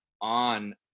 on